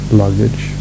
luggage